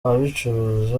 ababicuruza